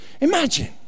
imagine